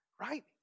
right